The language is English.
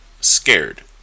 scared